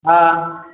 हाँ